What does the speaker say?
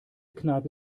kneipe